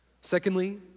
Secondly